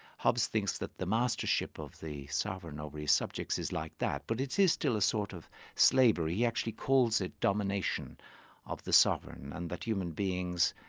hobbes thinks that the mastership of the sovereign over his subjects is like that, but it is still a sort of slavery. he actually calls it domination of the sovereign, and that human beings,